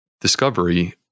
discovery